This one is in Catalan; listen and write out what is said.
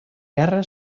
guerra